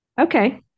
okay